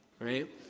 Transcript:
right